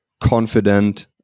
confident